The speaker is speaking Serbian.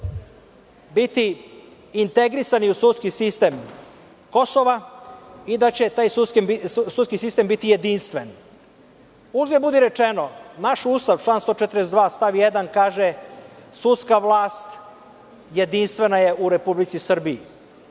biti integrisani u sudski sistem Kosova i da će taj sudski sistem biti jedinstven. Uzgred budi rečeno, naš Ustav, član 142. stav 1. kaže – sudska vlast jedinstvena je u Republici Srbiji.